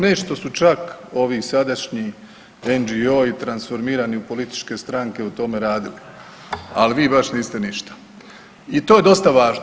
Nešto su čak ovi sadašnji … transformirani u političke stranke u tome radili, ali vi baš niste ništa i to je dosta važno.